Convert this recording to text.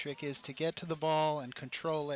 trick is to get to the ball and control